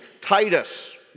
Titus